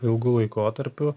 ilgu laikotarpiu